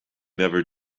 never